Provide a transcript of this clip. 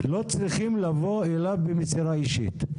לא צריכים לבוא אליו במסירה אישית.